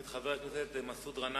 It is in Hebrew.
אני מזמין את חבר הכנסת מסעוד גנאים.